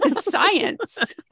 Science